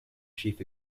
chief